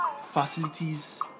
facilities